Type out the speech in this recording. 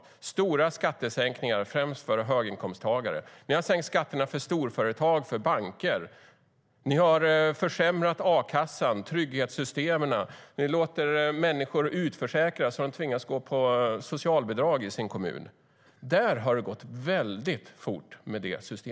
Det är stora skattesänkningar för främst höginkomsttagare. Ni har sänkt skatterna för storföretag och banker. Ni har försämrat a-kassan och trygghetssystemen. Ni låter människor utförsäkras så att de tvingas gå socialbidrag i sin kommun. Det systemskiftet har gått väldigt fort.